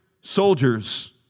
soldiers